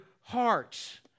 hearts